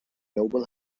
noble